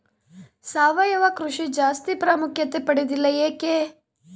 ಸಾವಯವ ಕೃಷಿ ಜಾಸ್ತಿ ಪ್ರಾಮುಖ್ಯತೆ ಪಡೆದಿಲ್ಲ ಯಾಕೆ?